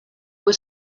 were